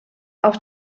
auf